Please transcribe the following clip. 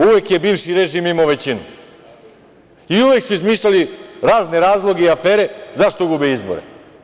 Uvek je bivši režim imao većinu, i uvek su izmišljali razne razloge i afere zašto gube izbore.